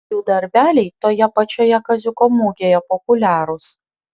jų darbeliai toje pačioje kaziuko mugėje populiarūs